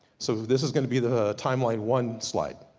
so this is gonna be the timeline one slide.